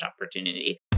opportunity